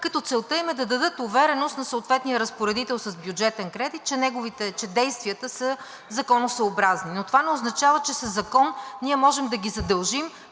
като целта им е да дадат увереност на съответния разпоредител с бюджетен кредит, че действията са законосъобразни, но това не означава, че със закон ние може да ги задължим